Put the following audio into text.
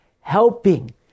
helping